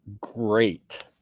great